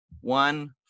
One